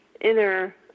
inner